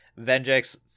Vengex